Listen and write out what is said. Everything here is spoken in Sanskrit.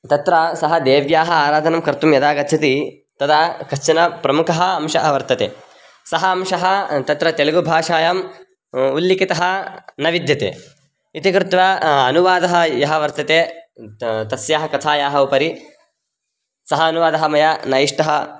तत्र सः देव्याः आराधनं कर्तुं यदा गच्छति तदा कश्चन प्रमुखः अंशः वर्तते सः अंशः तत्र तेलुगुभाषायाम् उल्लिखितः न विद्यते इति कृत्वा अनुवादः यः वर्तते तस्याः तस्याः कथायाः उपरि सः अनुवादः मया न इष्टः